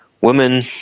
Women